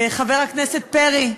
חבר הכנסת פרי,